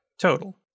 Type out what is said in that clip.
total